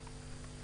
הישיבה